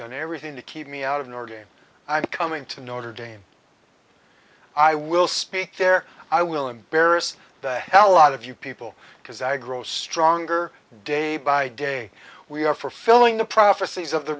done everything to keep me out of your game coming to notre dame i will speak there i will embarrass the hell out of you people because i grow stronger day by day we are for filling the prophecies of the